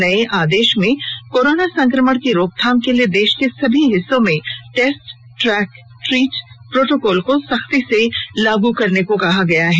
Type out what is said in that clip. नया आदेश में कोरोना संक्रमण की रोक थाम के लिए देश के सभी हिस्सों में टेस्ट ट्रैक ट्रीट प्रोटोकॉल को सख्ती से लागू करने को कहा गया हैं